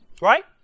Right